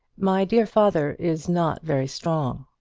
my dear father is not very strong.